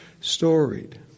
storied